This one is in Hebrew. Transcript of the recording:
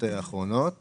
אחרונות